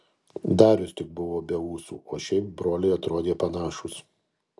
darius tik buvo be ūsų o šiaip broliai atrodė panašūs